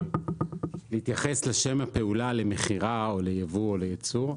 להתייחס לשם הפעולה, למכירה או לייבוא או לייצור.